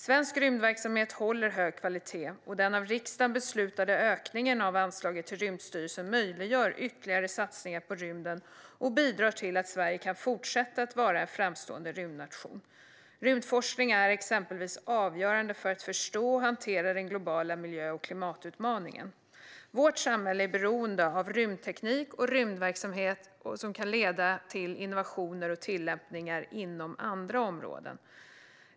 Svensk rymdverksamhet håller hög kvalitet, och den av riksdagen beslutade ökningen av anslaget till Rymdstyrelsen möjliggör ytterligare satsningar på rymden och bidrar till att Sverige kan fortsätta att vara en framstående rymdnation. Rymdforskning är exempelvis avgörande för att förstå och hantera den globala miljö och klimatutmaningen. Vårt samhälle är beroende av rymdteknik, och rymdverksamhet kan även leda till innovationer och tillämpningar inom andra områden.